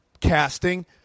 casting